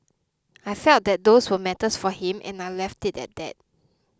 I felt that those were matters for him and I left it at that